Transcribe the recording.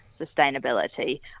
sustainability